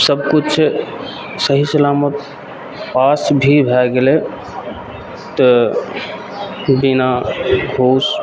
सबकिछु सही सलामत पास भी भए गेलय तऽ बिना घूस